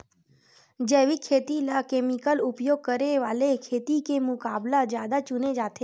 जैविक खेती ला केमिकल उपयोग करे वाले खेती के मुकाबला ज्यादा चुने जाते